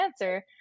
answer